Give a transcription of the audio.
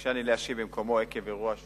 אני לא אנהג איפה ואיפה בשום נושא.